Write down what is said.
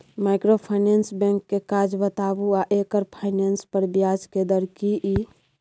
Microfinance bank के काज बताबू आ एकर फाइनेंस पर ब्याज के दर की इ?